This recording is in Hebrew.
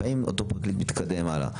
לפעמים אותו פרקליט מתקדם הלאה.